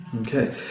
Okay